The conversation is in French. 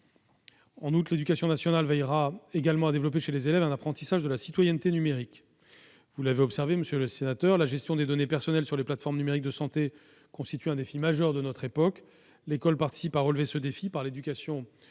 En outre, l'éducation nationale veillera à développer chez les élèves un apprentissage de la citoyenneté numérique. Vous l'avez observé, monsieur le sénateur, la gestion des données personnelles sur les plateformes numériques de santé constitue un défi majeur de notre époque. L'école participe à relever ce défi par l'éducation aux médias